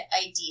idea